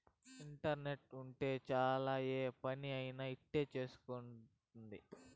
internet ఉంటే చాలు ఏ పని అయినా ఇట్టి అయిపోతుంది